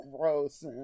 gross